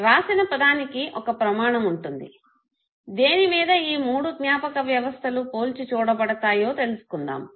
రాసిన పదానికి ఒక ప్రమాణం ఉంటుంది దేనిమీద ఈ మూడు జ్ఞాపక వ్యవస్థలు పోల్చి చూడబడతాయో తెలుసుకుందాము